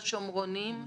בשומרונים,